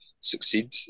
succeed